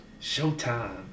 Showtime